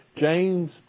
James